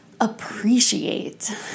appreciate